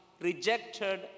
rejected